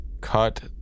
cut